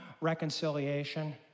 reconciliation